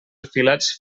afilats